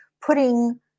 putting